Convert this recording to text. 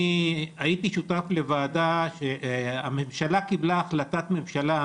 אני הייתי שותף לוועדה בה הממשלה קיבלה החלטת ממשלה